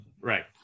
Right